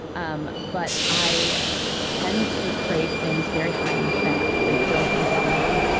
um but i tend to crave things very high in fat because i don't eat often.